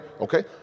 Okay